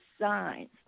signs